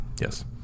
Yes